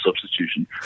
substitution